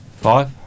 five